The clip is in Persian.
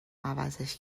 عوضش